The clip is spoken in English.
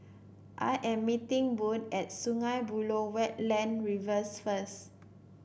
I am meeting Bode at Sungei Buloh Wetland Reserve first